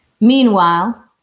Meanwhile